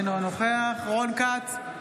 אינו נוכח רון כץ,